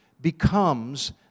becomes